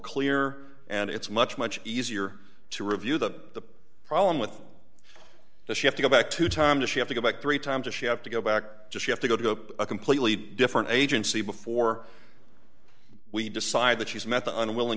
clear and it's much much easier to review the problem with this you have to go back to time to she have to go back three times if she have to go back just you have to go to a completely different agency before we decide that she's met the unwilling